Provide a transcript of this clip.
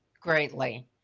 greatly